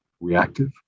reactive